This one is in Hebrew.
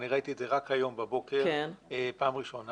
אני ראיתי את זה רק היום בבוקר פעם ראשונה.